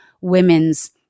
women's